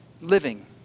living